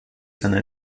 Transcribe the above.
seiner